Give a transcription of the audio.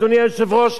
אדוני היושב-ראש,